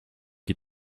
qui